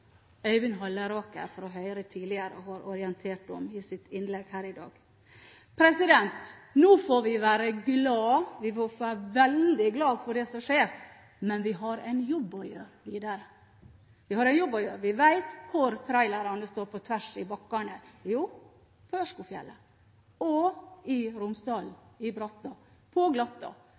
Øyvind Halleraker fra Høyre tidligere har orientert om i sitt innlegg her i dag. Nå får vi være glade – veldig glade – for det som skjer, men vi har en jobb å gjøre videre. Vi vet hvor trailerne står på tvers i bakkene: på Ørskogfjellet og i Romsdalen – i bratta og på glatta.